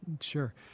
Sure